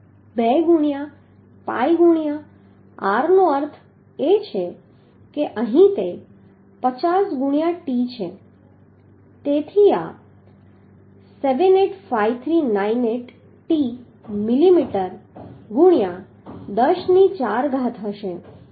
2 ગુણ્યા pi ગુણ્યા r નો અર્થ છે કે અહીં તે 50 ગુણ્યા t છે તેથી આ 785398 t મિલીમીટર ગુણ્યા દશ ની ચાર ઘાત હશે